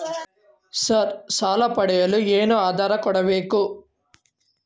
Sir ಸಾಲ ಪಡೆಯಲು ಏನು ಆಧಾರ ಕೋಡಬೇಕು?